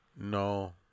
No